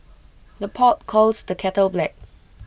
the pot calls the kettle black